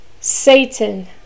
Satan